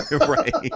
Right